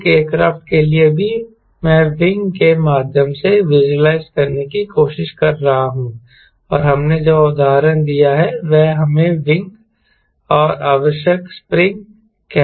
एक एयरक्राफ्ट के लिए भी मैं विंग के माध्यम से विज़ुअलाइज करने की कोशिश कर रहा हूं और हमने जो उदाहरण दिया है वह हमें विंग और आवश्यक स्प्रिंग कहना था